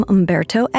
Umberto